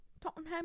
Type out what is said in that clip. Tottenham